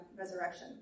resurrection